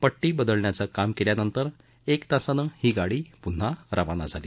पट्टी बदलण्याचं काम केल्यानंतर एक तासानं ही गाडी मार्गस्थ झाली